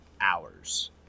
hours